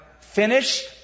finished